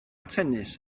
tennis